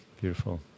Beautiful